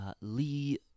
lee